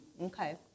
okay